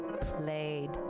Played